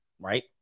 Right